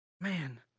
man